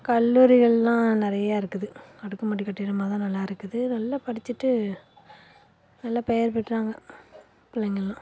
கல்லூரிகள்லாம் நிறையா இருக்குது அடுக்குமாடி கட்டிடமாக தான் நல்லா இருக்குது நல்லா படிச்சிட்டு நல்லா பெயர் பெற்றாங்க பிள்ளைங்கலாம்